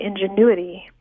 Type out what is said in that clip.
ingenuity